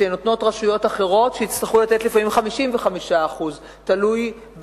ורשויות אחרות יצטרכו לתת לפעמים 55% תלוי,